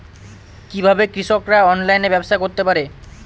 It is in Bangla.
কিভাবে কৃষকরা অনলাইনে ব্যবসা করতে পারে?